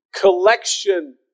collection